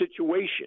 situation